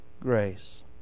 grace